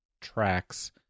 tracks